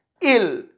ill